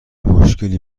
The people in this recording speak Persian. مشکلی